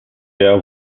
wäre